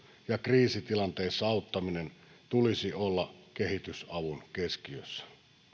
ja kriisitilanteessa auttamisen tulisi olla kehitysavun keskiössä